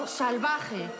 salvaje